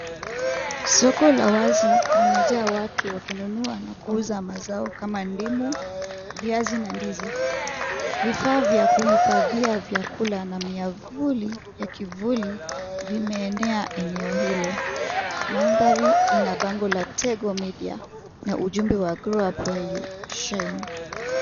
Soko la wazi, limejaa watu wakinunua na kuuza mazao kama ndimu, viazi na ndizi, vifaa vya kuhifadhia vyakula na miavuli ya kivuli vimeenea eneo hilo. Mandhari ina bango la tego media na ujumbe wa grow where you shine